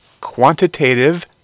quantitative